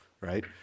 right